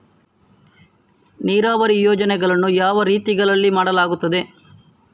ನೀರಾವರಿ ಯೋಜನೆಗಳನ್ನು ಯಾವ ರೀತಿಗಳಲ್ಲಿ ಮಾಡಲಾಗುತ್ತದೆ?